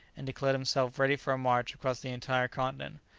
and declared himself ready for a march across the entire continent,